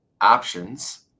options